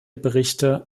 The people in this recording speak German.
berichte